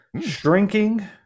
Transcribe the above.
Shrinking